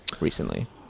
recently